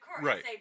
Right